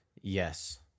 Yes